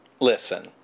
Listen